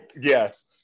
yes